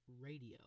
Radio